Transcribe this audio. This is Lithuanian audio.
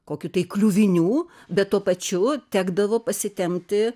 kokių tai kliuvinių bet tuo pačiu tekdavo pasitempti